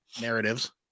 Narratives